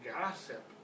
gossip